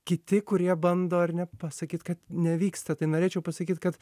kiti kurie bando ar ne pasakyt kad nevyksta tai norėčiau pasakyt kad